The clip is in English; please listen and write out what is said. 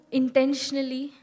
intentionally